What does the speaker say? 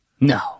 No